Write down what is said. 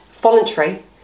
voluntary